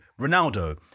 Ronaldo